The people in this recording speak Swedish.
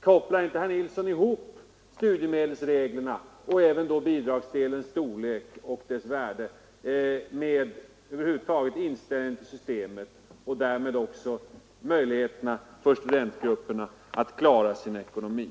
Kopplar inte herr Nilsson ihop studiemedelsreglerna, bidragsdelens storlek och dess värde med inställningen till systemet och därmed också till möjligheterna för studentgrupperna att klara sin ekonomi?